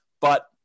But-